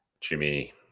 Jimmy